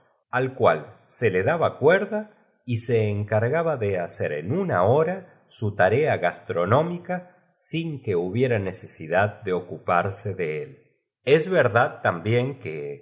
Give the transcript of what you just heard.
l cual se le daba cuerda y se encargaba do hacer en una hora su tarea gastronómica sin que hu hiera necesidad de ocuparse de él mientras su aya la soiiorita trudchen es verdad también que